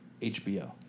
HBO